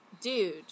dude